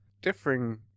differing